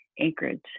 Anchorage